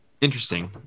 interesting